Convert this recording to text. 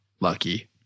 lucky